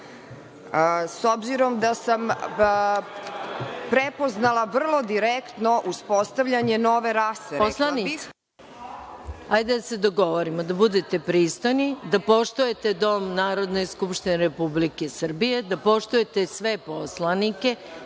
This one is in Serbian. s obzirom da sam prepoznala vrlo direktno uspostavljanje nove rase. **Maja Gojković** Poslanice, hajde da se dogovorimo da budete pristojni, da poštujete dom Narodne skupštine Republike Srbije, da poštujete sve poslanike